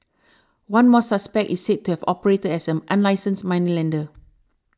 one more suspect is said to have operated as an unlicensed moneylender